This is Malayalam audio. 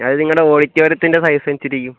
അത് നിങ്ങളുടെ ഓഡിറ്റോറിയത്തിന്റെ സൈസ് അനുസരിച്ചിരിക്കും